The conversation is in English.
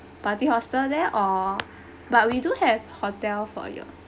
party hostel there or but we do have hotel for you